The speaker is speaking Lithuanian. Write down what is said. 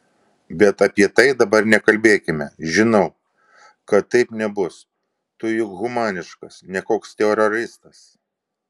bet apie tai dabar nekalbėkime žinau kad taip nebus tu juk humaniškas ne koks teroristas